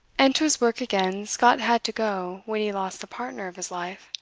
and to his work again scott had to go when he lost the partner of his life.